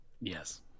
Yes